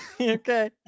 okay